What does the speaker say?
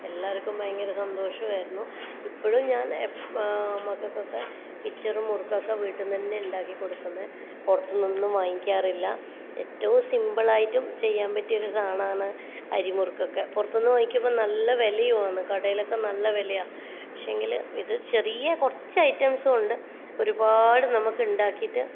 എല്ലാവർക്കും ഭയങ്കര സന്തോഷമായിരുന്നു ഇപ്പോഴും ഞാൻ മക്കൾക്കൊക്കെ മിച്ചറും മുറുക്കും ഒക്കെ വീട്ടിന്നന്നെ ഉണ്ടാക്കിക്കൊടുക്കുന്നെ പുറത്തുന്നൊന്നും വാങ്ങിക്കാറില്ല ഏറ്റവും സിമ്പിളായിട്ടും ചെയ്യാൻ പറ്റിയൊരു സാധനമാണ് അരിമുറുക്കോക്കെ പുറത്തുന്നു വാങ്ങിക്കുമ്പോൾ നല്ല വിലയാണ് കടേലൊക്കെ നല്ല വിലയാണ് പക്ഷേങ്കിൽ ഇത് ചെറിയ കുറച്ചായിറ്റംസ് കൊണ്ട് ഒരുപാട് നമുക്കുണ്ടാക്കിട്ട്